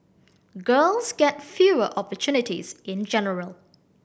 girls get fewer opportunities in general